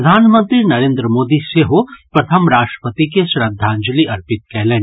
प्रधानमंत्री नरेन्द्र मोदी सेहो प्रथम राष्ट्रपति के श्रद्वांजलि अर्पित कयलनि